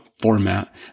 format